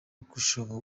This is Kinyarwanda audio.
gushoboka